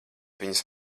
viņas